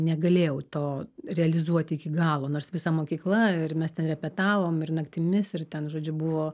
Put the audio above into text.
negalėjau to realizuoti iki galo nors visa mokykla ir mes ten repetavom ir naktimis ir ten žodžiu buvo